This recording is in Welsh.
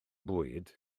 bwyd